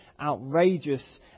outrageous